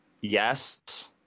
Yes